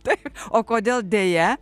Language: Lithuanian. taip o kodėl deja